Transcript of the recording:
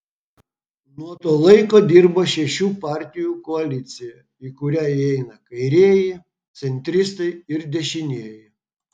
nuo to laiko dirba šešių partijų koalicija į kurią įeina kairieji centristai ir dešinieji